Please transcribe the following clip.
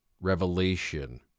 Revelation